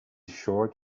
short